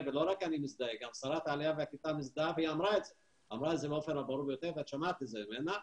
ואני מניח שהחוזה הפורמלי יהיה בתוך חודש פלוס-מינוס.